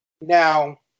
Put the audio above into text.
now